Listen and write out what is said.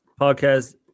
podcast